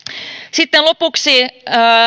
sitten lopuksi